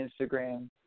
Instagram